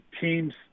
Teams